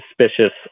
suspicious